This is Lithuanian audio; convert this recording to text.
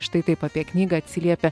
štai taip apie knygą atsiliepia